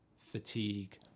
fatigue